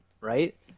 right